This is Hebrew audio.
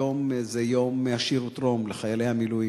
היום זה יום ה"שירותרום" לחיילי המילואים,